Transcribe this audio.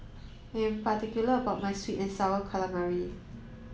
I'm particular about my sweet and sour calamari